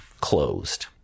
closed